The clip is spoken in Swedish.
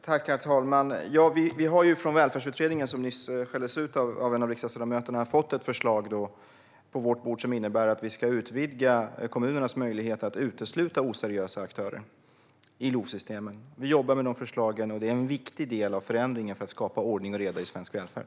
Herr talman! Vi har från Välfärdsutredningen, som nyss skälldes ut av en av riksdagsledamöterna, fått ett förslag på regeringens bord som innebär utvidgning av kommunernas möjligheter att utesluta oseriösa aktörer i LOV-systemen. Vi jobbar med förslagen, och de är en viktig del av förändringen för att skapa ordning och reda i svensk välfärd.